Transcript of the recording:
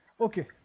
Okay